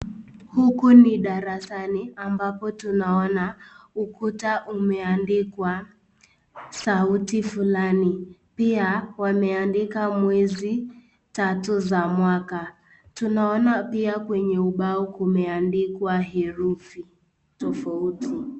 Huko ni darasani ambapo tunaona ukuta imeandikwa sauti fulani pia wameandika mwezi tatu za mwaka tunaona pia kwenye ubao kumeandikwa herufi tofauti.